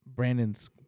Brandon's